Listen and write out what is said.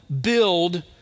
build